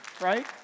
right